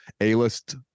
A-list